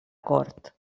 cort